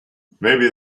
maybe